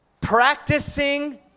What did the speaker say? practicing